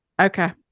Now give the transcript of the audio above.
Okay